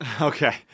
Okay